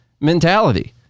mentality